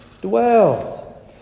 dwells